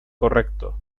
correcto